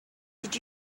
did